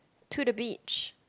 to the beach